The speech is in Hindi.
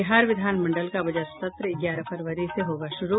बिहार विधानमंडल का बजट सत्र ग्यारह फरवरी से होगा शुरू